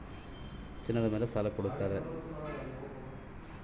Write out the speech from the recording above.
ನನಗೆ ಚಿನ್ನದ ಮೇಲೆ ಸಾಲ ಬರುತ್ತಾ?